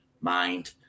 mind